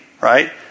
right